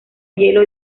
hielo